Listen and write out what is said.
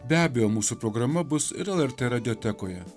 be abejo mūsų programa bus ir lrt radiotekoje